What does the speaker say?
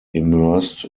immersed